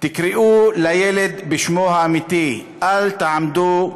תקראו לילד בשמו האמיתי, אל תעמדו,